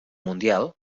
mundial